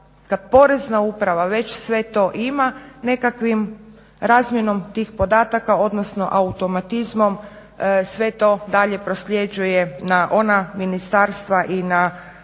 da Porezna uprava već sve to ima nekakvim razmjenom tih podataka, odnosno automatizmom sve to dalje prosljeđuje na ona ministarstva i na